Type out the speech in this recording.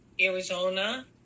Arizona